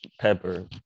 Pepper